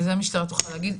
וזה המשטרה תוכל להגיד,